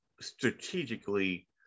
strategically